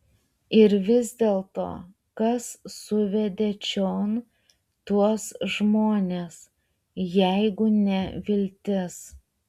ir vis dėlto kas suvedė čion tuos žmones jeigu ne viltis